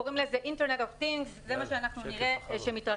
קוראים לזה אינטרנט אוף טינג וזה מה שנראה שמתרחש